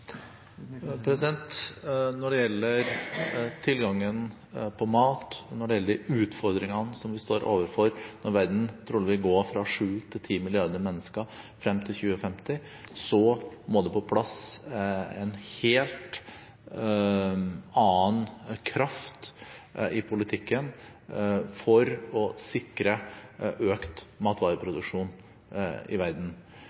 mat og de utfordringene som vi står overfor når verden trolig vil gå fra sju milliarder til ti milliarder mennesker frem til 2050, må det på plass en helt annen kraft i politikken for å sikre økt matvareproduksjon i verden.